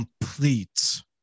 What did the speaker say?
complete